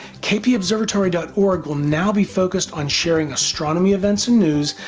kpobservatory dot org will now be focused on sharing astronomy events and news,